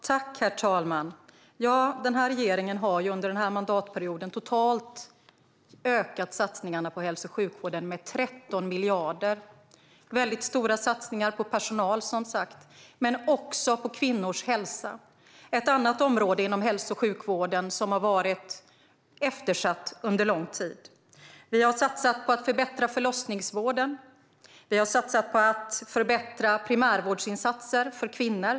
Herr talman! Den här regeringen har under denna mandatperiod ökat satsningarna på hälso och sjukvården med totalt 13 miljarder. Vi har, som sagt, gjort väldigt stora satsningar på personal, men också på kvinnors hälsa. Det är ett annat område inom hälso och sjukvården som har varit eftersatt under lång tid. Vi har satsat på att förbättra förlossningsvården och på att förbättra primärvårdsinsatser specifikt för kvinnor.